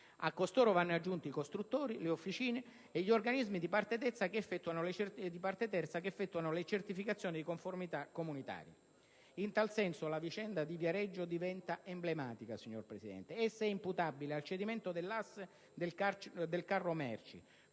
A costoro vanno aggiunti i costruttori, le officine e gli organismi di parte terza che effettuano le certificazioni di conformità comunitaria. In tal senso, signor Presidente, la vicenda di Viareggio diventa emblematica. Essa è imputabile al cedimento dell'asse del carro merci,